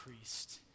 priest